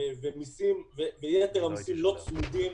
ויתר המסים לא צמודים,